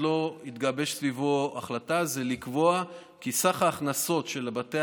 התגבשה סביבו החלטה: הקביעה כי סך ההכנסות של בתי